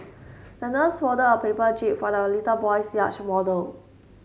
the nurse folded a paper jib for the little boy's yacht model